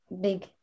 big